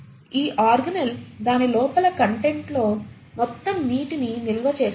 ఈ ఆర్గనేల్ దాని లోపలి కంటెంట్లో మొత్తం నీటిని నిల్వ చేస్తుంది